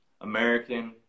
American